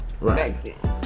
Right